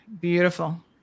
beautiful